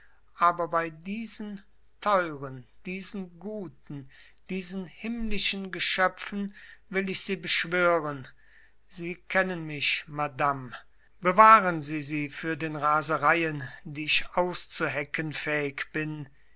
aber bei diesen teuren diesen guten diesen himmlischen geschöpfen will ich sie beschwören sie kennen mich madame bewahren sie sie für den rasereien die ich auszuhecken fähig bin